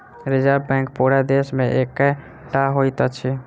reserve bank पूरा देश मे एकै टा होइत अछि